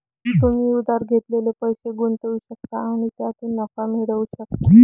तुम्ही उधार घेतलेले पैसे गुंतवू शकता आणि त्यातून नफा मिळवू शकता